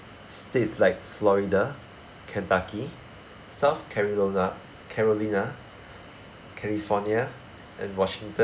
states like florida kentucky south carola~ carolina california and washington